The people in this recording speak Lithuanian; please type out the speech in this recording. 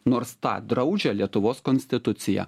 nors tą draudžia lietuvos konstitucija